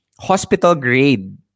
Hospital-grade